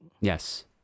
Yes